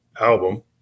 album